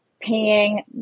paying